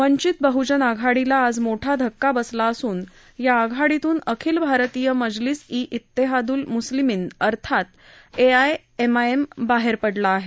वंचित बहजन आघाडीला आज मोठा धक्का बसला असून या आघाडीतून अखिल भारतीय मजलिस इ इतेहाद्ल म्स्लिमीन अर्थात एमआयएम बाहेर पडली आहे